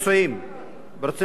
1. מה ייעשה בנדון?